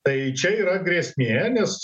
tai čia yra grėsmė nes